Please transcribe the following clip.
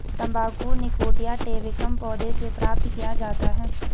तंबाकू निकोटिया टैबेकम पौधे से प्राप्त किया जाता है